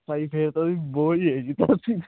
ਭਾਜੀ ਫਿਰ ਤਾਂ ਜੀ ਬਹੁਤ